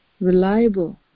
reliable